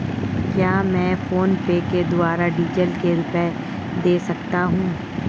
क्या मैं फोनपे के द्वारा डीज़ल के रुपए दे सकता हूं?